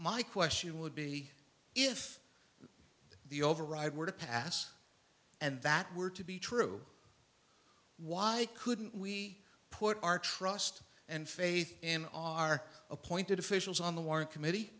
my question would be if the override were to pass and that were to be true why couldn't we put our trust and faith in our appointed officials on the warren committee